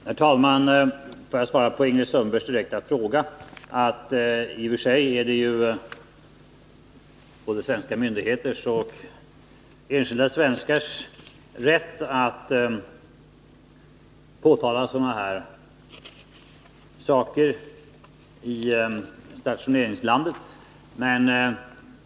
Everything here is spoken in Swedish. Herr talman! Som svar på Ingrid Sundbergs direkta fråga vill jag säga att det i och för sig är både svenska myndigheters och enskilda svenskars rätt att 88 påtala sådana här saker i stationeringslandet.